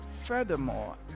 furthermore